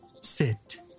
Sit